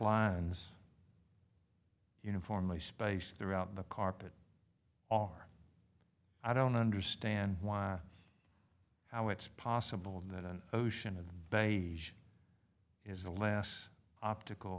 lines uniformly space throughout the carpet are i don't understand why how it's possible that an ocean of by is the last optical